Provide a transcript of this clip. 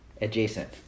adjacent